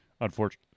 unfortunately